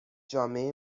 جامعه